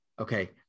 okay